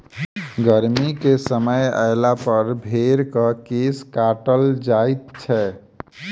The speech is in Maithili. गर्मीक समय अयलापर भेंड़क केश काटल जाइत छै